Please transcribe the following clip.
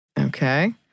Okay